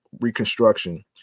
reconstruction